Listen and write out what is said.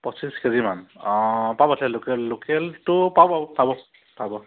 পঁচিছ কেজিমান অঁ লোকেল লোকেলটো পাব পাব পাব পাব